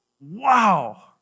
wow